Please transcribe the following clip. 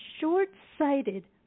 short-sighted